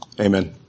Amen